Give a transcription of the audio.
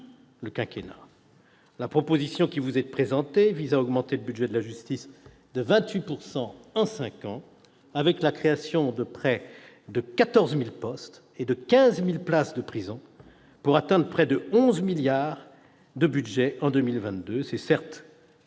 le quinquennat. La proposition qui vous est présentée vise à augmenter le budget de la justice de 28 % en cinq ans, avec la création de près de 14 000 postes et de 15 000 places de prison, pour atteindre un budget d'environ 11 milliards d'euros en 2022. Cette